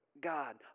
God